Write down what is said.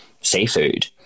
seafood